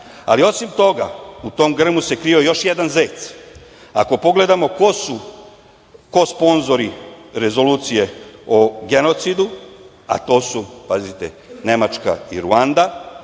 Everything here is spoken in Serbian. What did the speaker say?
narod. Osim toga, u tom grmu se krio još jedan zec. Ako pogledamo ko su sponzori Rezolucije o genocidu, a to su, pazite, Nemačka i Ruanda,